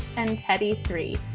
and teddy, three.